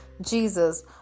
Jesus